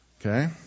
okay